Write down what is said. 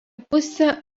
pusę